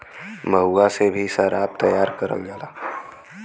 महुआ से भी सराब तैयार करल जाला